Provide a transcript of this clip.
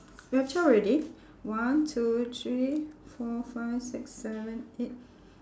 you got twelve already one two three four five six seven eight